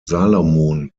salomon